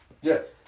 Yes